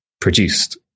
produced